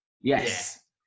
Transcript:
Yes